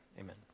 Amen